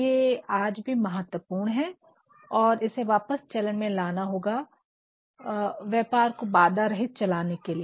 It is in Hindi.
ये आज भी महत्वपूर्ण है और इसे वापस चलन में लाना होगा व्यापारको बाधारहित चलाने के लिए